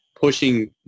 pushing